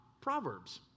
Proverbs